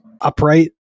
upright